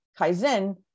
Kaizen